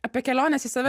apie keliones į save